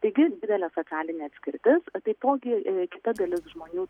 taigi didelė socialinė atskirtis taipogi kita dalis žmonių